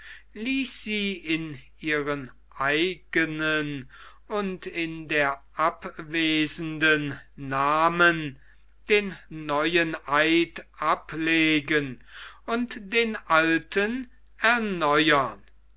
sie in ihren eigenen und in der abwesenden namen den neuen eid ablegen und den alten erneuern